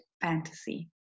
fantasy